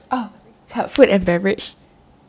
food and beverage